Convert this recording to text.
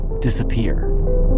disappear